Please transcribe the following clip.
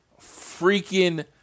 freaking